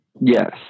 Yes